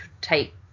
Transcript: take